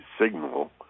signal